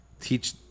teach